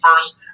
first